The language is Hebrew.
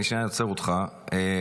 אני עוצר אותך שנייה.